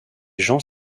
gens